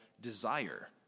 desire